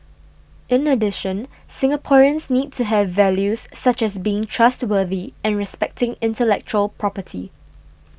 in addition Singaporeans need to have values such as being trustworthy and respecting intellectual property